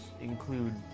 include